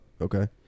okay